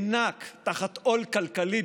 עוד סמכויות לראש הממשלה,